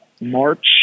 March